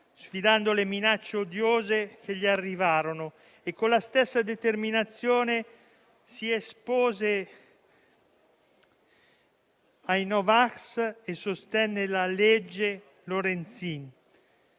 sfidando le minacce odiose che le arrivarono. Con la stessa determinazione si espose ai no vax e sostenne la legge Lorenzin.